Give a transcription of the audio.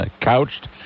couched